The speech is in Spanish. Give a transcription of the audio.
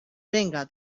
venga